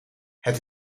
het